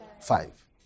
Five